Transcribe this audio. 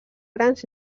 grans